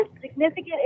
significant